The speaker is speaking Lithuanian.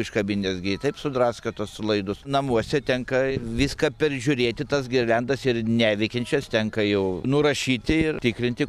iškabinęs gi taip sudrasko tuos laidus namuose tenka viską peržiūrėti tas girliandas ir neveikiančias tenka jau nurašyti ir tikrinti